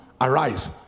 arise